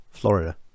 florida